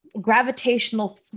gravitational